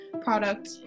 product